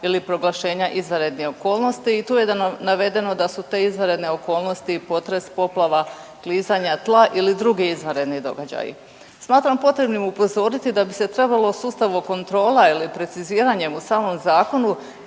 ili proglašenja izvanrednih okolnosti i tu je navedeno da su te izvanredne okolnosti potres, poplava, klizanja tla ili drugi izvanredni događaji. Smatram potrebnim upozoriti da bi se trebalo sustav kontrola ili preciziranjem u samom zakonu